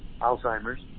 Alzheimer's